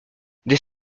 des